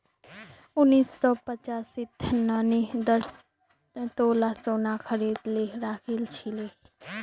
उन्नीस सौ पचासीत नानी दस तोला सोना खरीदे राखिल छिले